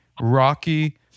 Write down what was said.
rocky